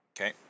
Okay